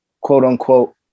quote-unquote